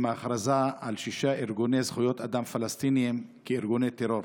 עם הכרזה על שישה ארגוני זכויות אדם פלסטיניים כארגוני טרור.